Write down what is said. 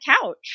couch